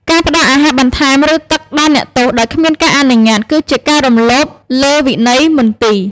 ការផ្ដល់អាហារបន្ថែម ឬទឹកដល់អ្នកទោសដោយគ្មានការអនុញ្ញាត គឺជាការរំលោភលើវិន័យមន្ទីរ។